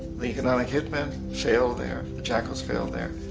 the economic hit men failed there. the jackals failed there.